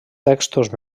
textos